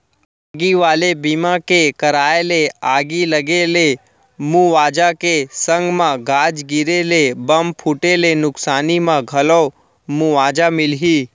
आगी वाले बीमा के कराय ले आगी लगे ले मुवाजा के संग म गाज गिरे ले, बम फूटे ले नुकसानी म घलौ मुवाजा मिलही